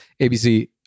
ABC